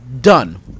done